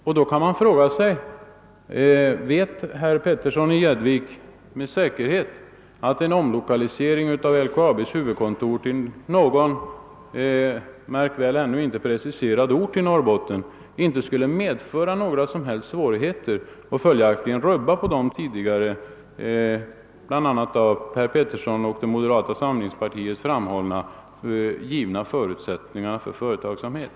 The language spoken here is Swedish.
Man kan då fråga sig om herr Petersson i Gäddvik med säkerhet vet att en omlokalisering av LKAB:s huvudkontor till någon — märk väl ännu inte preciserad ort i Norrbotten inte skulle medföra några som helst svårigheter och följaktligen inte skulle rubba de tidigare bl.a. av herr Petersson och moderata samlingspartiet angivna förutsättningarna för företagsamhet.